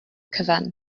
cyfan